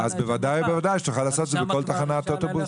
--- אז בוודאי ובוודאי שתוכל לעשות את זה בכל תחנת אוטובוס.